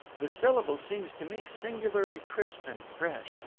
the syllable seems to me singularly crisp and fresh.